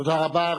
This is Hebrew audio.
תודה רבה.